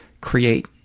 Create